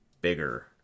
bigger